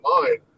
mind